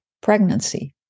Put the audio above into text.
pregnancy